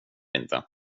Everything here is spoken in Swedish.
inte